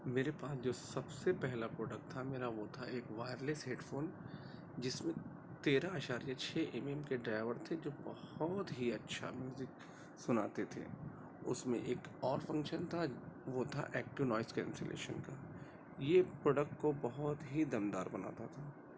میرے پاس جو سب سے پہلا پروڈکٹ تھا میرا وہ تھا ایک وائرلیس ہیڈ فون جس میں تیرہ اعشاریہ چھ ایم ایم کے ڈرائیور تھے جو بہت ہی اچھا میوزک سناتے تھے اس میں ایک اور فنکشن تھا وہ تھا ایکٹیو نوائس کینسیلیشن کا یہ پروڈکٹ کو بہت ہی دمدار بناتا تھا